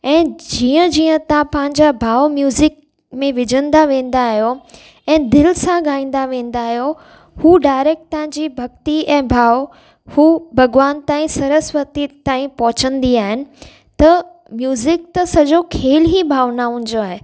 ऐं जीअं जीअं तव्हां पंहिंजा भाव म्यूजिक में विझंदा वेंदा आहियो ऐं दिलि सां ॻाईंदा वेंदा आहियो हू डाएरेक्ट तव्हांजी भक्ती ऐं भाव हू भॻवान ताईं सरस्वती ताईं पहुचंदी आहिनि त म्यूज़िक त सजो खेल ई भावनाउंनि जो आहे